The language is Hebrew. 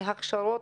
מהכשרות,